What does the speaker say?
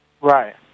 Right